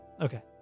okay